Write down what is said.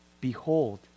Behold